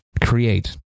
create